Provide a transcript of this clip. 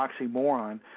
oxymoron